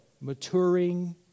maturing